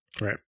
Right